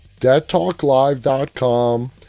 deadtalklive.com